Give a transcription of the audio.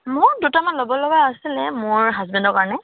মই দুটামান ল'ব লগা আছিলে মোৰ হাজবেণ্ডৰ কাৰণে